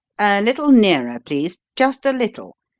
little nearer, please just a little,